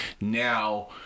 Now